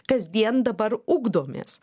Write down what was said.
kasdien dabar ugdomės